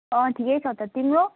अँ ठिकै छ त तिम्रो